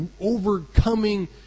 overcoming